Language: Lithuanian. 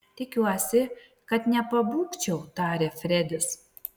tikiuosi kad nepabūgčiau tarė fredis